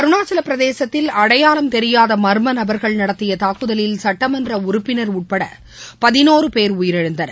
அருணாச்சலப்பிரதேசத்தில் அடையாளம் தெரியாக மர்மநபர்கள் நடத்திய தாக்குதலில் சட்டமன்ற உறுப்பினர் உட்பட பதினோரு பேர் உயிரிழந்தனர்